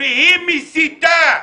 והיא מסיתה.